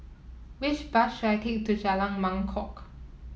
which bus should I take to Jalan Mangkok